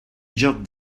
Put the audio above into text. joc